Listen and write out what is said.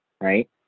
right